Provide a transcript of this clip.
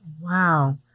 Wow